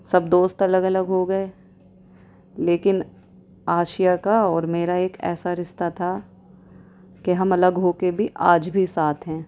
سب دوست الگ الگ ہو گئے لیکن آسیہ کا اور میرا ایک ایسا رشتہ تھا کہ ہم الگ ہو کے آج بھی ساتھ ہیں